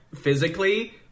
physically